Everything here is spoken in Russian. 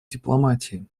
дипломатии